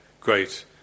great